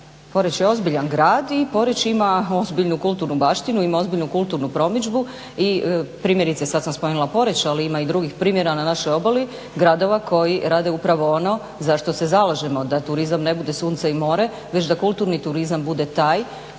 Poreč je ozbiljan grad i Poreč ima ozbiljnu kulturnu baštinu ima ozbiljnu kulturnu promidžbu. I primjerice sada sam spomenula Poreč ali ima i drugih primjera na našoj obali, gradova koji rade upravo ono za što se zalažemo da turizam ne bude sunce i more već da kulturni turizam bude taj